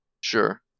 Sure